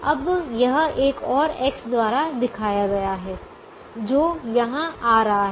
अब यह एक और X द्वारा दिखाया गया है जो यहां आ रहा है